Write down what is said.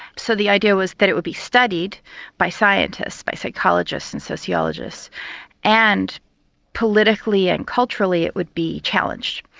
so the idea was that it would be studied by scientists, by psychologists and sociologists and politically and culturally it would be challenged.